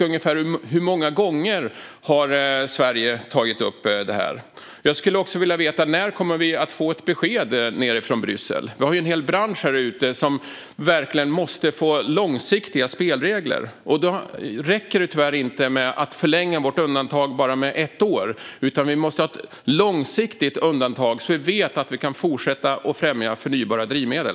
Ungefär hur många gånger har Sverige tagit upp detta? Jag vill också veta när vi kommer att få ett besked från Bryssel. Vi har en hel bransch som verkligen måste få långsiktiga spelregler. Då räcker det tyvärr inte att förlänga vårt undantag med bara ett år, utan vi måste ha ett långsiktigt undantag så att vi vet att vi kan fortsätta främja förnybara drivmedel.